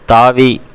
தாவி